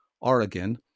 Oregon